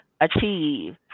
achieve